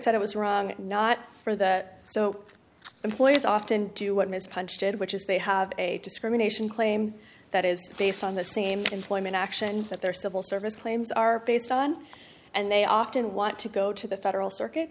said it was wrong not for that so employees often do what ms punched did which is they have a discrimination claim that is based on the same employment action that their civil service claims are based on and they often want to go to the federal circuit